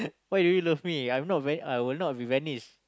why do you love me I am not I will not be Venice